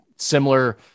Similar